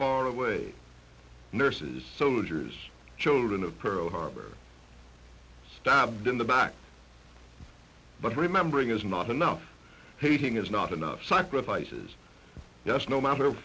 far away nurses soldiers children of pearl harbor stabbed in the back but remembering is not enough hating is not enough sacrifices yes no matter